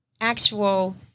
actual